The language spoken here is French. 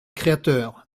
créateurs